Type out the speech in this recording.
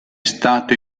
stato